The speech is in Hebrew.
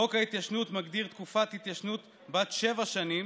חוק ההתיישנות מגדיר תקופת התיישנות בת שבע שנים